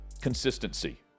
consistency